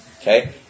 Okay